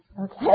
okay